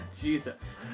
Jesus